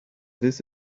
this